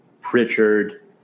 Pritchard